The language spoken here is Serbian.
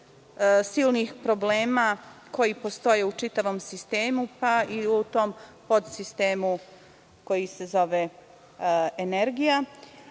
silnih problema koji postoje u čitavom sistemu, pa i u tom podsistemu koji se zove